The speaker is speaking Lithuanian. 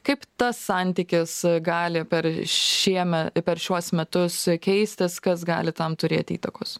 kaip tas santykis gali per šieme per šiuos metus keistis kas gali tam turėti įtakos